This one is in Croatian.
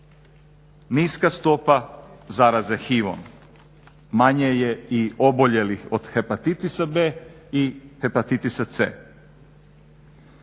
niska stopa zaraze HIV-om, manje je i oboljelih od hepatitisa B i hepatitisa C.